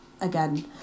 again